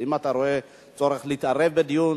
אם אתה רואה צורך להתערב בדיון,